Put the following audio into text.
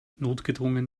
notgedrungen